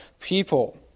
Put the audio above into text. people